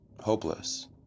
hopeless